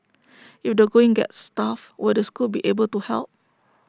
if the going gets tough will the school be able to help